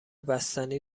بستنی